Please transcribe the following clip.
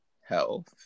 health